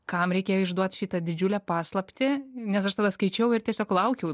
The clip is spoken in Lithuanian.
kam reikėjo išduot šitą didžiulę paslaptį nes aš tada skaičiau ir tiesiog laukiau